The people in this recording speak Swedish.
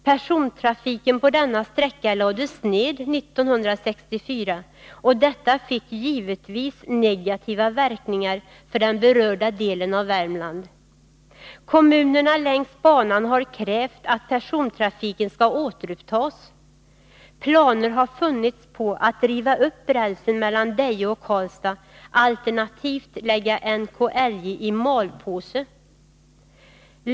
Persontrafiken på denna sträcka lades ned 1964, och detta fick givetvis negativa verkningar för den berörda delen av Värmland. Kommunerna längs banan har krävt att persontrafiken skall återupptas. Planer har funnits på att riva upp rälsen mellan Deje och Karlstad, alternativt lägga NKIJ i ”malpåse”.